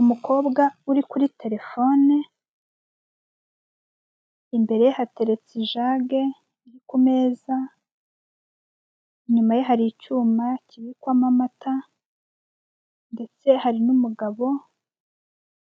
Umukobwa uri kuri terefone imbere ye hateretse ijage kumeza inyuma ye hari icyuma kibikwamo amata ndetse hari n'umugabo